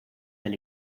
del